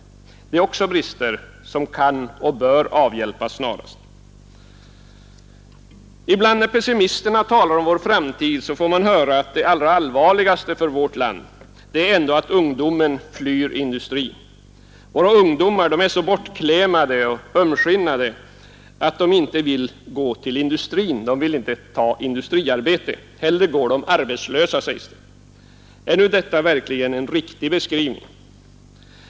Detta är också brister som kan och bör avhjälpas snarast. Ibland när pessimisterna talar om vår framtid får man höra att det allra allvarligaste för vårt lands framtid ändå är att ungdomen flyr industrin. Våra ungdomar är så bortklemade och ömskinnade att de inte vill gå till industrin. De vill inte ta industriarbete. Hellre går de arbetslösa, sägs det. Är nu detta verkligen en riktig beskrivning?